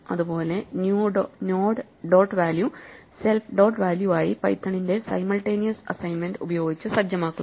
അതുപോലെ new node dot value self dot value ആയി പൈത്തണിന്റെ സൈമൾട്ടെനിയസ് അസൈൻമെന്റ് ഉപയോഗിച്ച് സജ്ജമാക്കുന്നു